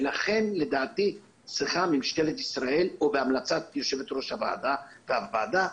לכן לדעתי צריכה ממשלת ישראל או בהמלצת יושבת-ראש הוועדה והוועדה